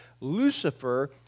Lucifer